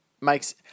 makes